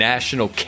National